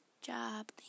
job